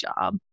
job